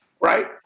Right